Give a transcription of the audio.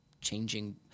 changing